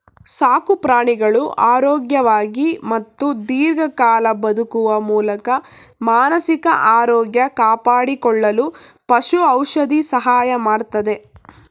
ಸಾಕುಪ್ರಾಣಿಗಳು ಆರೋಗ್ಯವಾಗಿ ಮತ್ತು ದೀರ್ಘಕಾಲ ಬದುಕುವ ಮೂಲಕ ಮಾನಸಿಕ ಆರೋಗ್ಯ ಕಾಪಾಡಿಕೊಳ್ಳಲು ಪಶು ಔಷಧಿ ಸಹಾಯ ಮಾಡ್ತದೆ